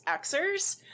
Xers